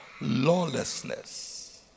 lawlessness